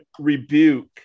rebuke